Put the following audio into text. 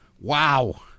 Wow